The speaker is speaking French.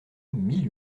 mille